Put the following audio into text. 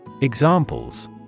Examples